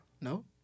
No